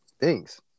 thanks